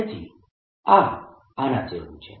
તેથી આ આના જેવું હશે